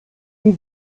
wie